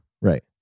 right